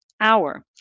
hour